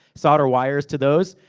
solder wires to those,